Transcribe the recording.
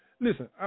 listen